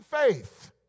faith